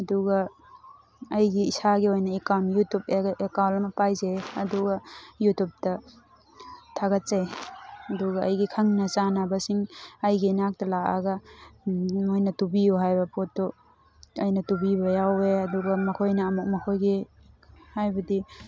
ꯑꯗꯨꯒ ꯑꯩꯒꯤ ꯏꯁꯥꯒꯤ ꯑꯣꯏꯅ ꯑꯦꯀꯥꯎꯟ ꯌꯨꯇ꯭ꯌꯨꯕ ꯑꯦꯀꯥꯎꯟ ꯑꯃ ꯄꯥꯏꯖꯩꯌꯦ ꯑꯗꯨꯒ ꯌꯨꯇ꯭ꯌꯨꯕꯇ ꯊꯥꯒꯠꯆꯩ ꯑꯗꯨꯒ ꯑꯩꯒꯤ ꯈꯪꯅ ꯆꯥꯅꯕꯁꯤꯡ ꯑꯩꯒꯤ ꯏꯅꯥꯛꯇ ꯂꯥꯛꯑꯒ ꯃꯣꯏꯅ ꯇꯨꯕꯤꯌꯨ ꯍꯥꯏꯕ ꯄꯣꯠꯇꯨ ꯑꯩꯅ ꯇꯨꯕꯤꯕ ꯌꯥꯎꯋꯦ ꯑꯗꯨꯒ ꯃꯈꯣꯏꯅ ꯑꯃꯨꯛ ꯃꯈꯣꯏꯒꯤ ꯍꯥꯏꯕꯗꯤ